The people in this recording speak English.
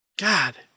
god